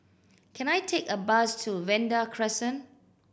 can I take a bus to Vanda Crescent